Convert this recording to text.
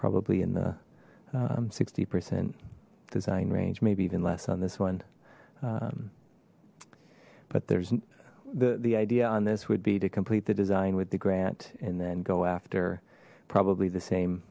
probably in the sixty percent design range maybe even less on this one but there's the the idea on this would be to complete the design with the grant and then go after probably the same